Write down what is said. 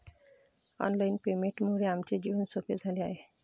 online पेमेंटमुळे आमचे जीवन सोपे झाले आहे